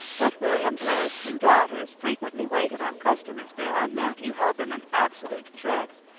but william blair's two daughters frequently waited on customers there and matthew held them in absolute dread.